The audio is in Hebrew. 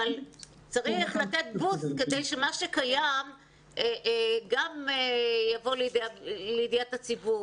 צריך לתת בוסט כדי שמה שכבר קיים יבוא לידיעת הציבור